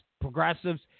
progressives